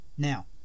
Now